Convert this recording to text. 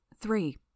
Three